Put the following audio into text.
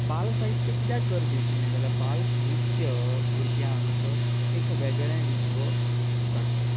बाल साहित्य कित्याक गरजेचें जाल्यार बाल साहित्य भुरग्यांक एक वेगळें विश्व दाखयता